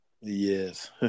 Yes